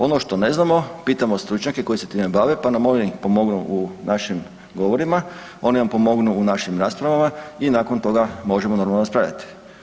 Ono što ne znamo pitamo stručnjake koji se time bave pa nam oni pomognu u našim govorima, oni nam pomognu u našim raspravama i nakon toga možemo normalno raspravljati.